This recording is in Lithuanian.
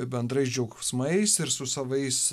bendrais džiaugsmais ir su savais